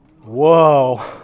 Whoa